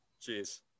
Cheers